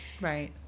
Right